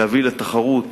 להביא לתחרות